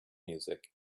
music